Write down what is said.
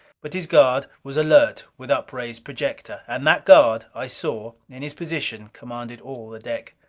but his guard was alert with upraised projector. and that guard, i saw, in his position, commanded all the deck.